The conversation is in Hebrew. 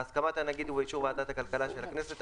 בהסכמת הנגיד ובאישור ועדת הכלכלה של הכנסת,